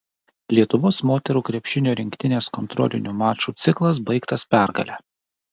lietuvos moterų krepšinio rinktinės kontrolinių mačų ciklas baigtas pergale